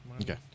Okay